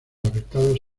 afectados